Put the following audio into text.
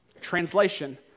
Translation